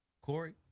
Corey